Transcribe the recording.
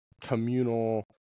communal